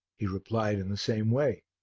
he replied in the same way.